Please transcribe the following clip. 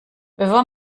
bevor